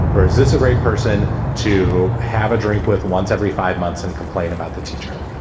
or is this a great person to have a drink with once every five months and complain about the teacher?